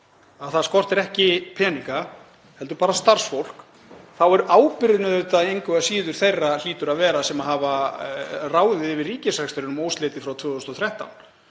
ef það skortir ekki peninga heldur bara starfsfólk er ábyrgðin engu að síður þeirra, hlýtur að vera, sem hafa ráðið yfir ríkisrekstrinum óslitið frá 2013.